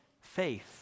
faith